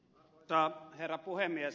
arvoisa herra puhemies